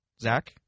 Zach